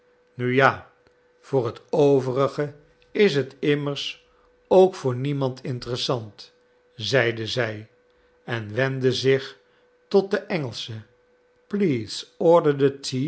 nu ja voor t overige is het immers ook voor niemand interessant zeide zij en wendde zich tot de engelsche please order